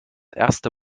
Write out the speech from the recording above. erste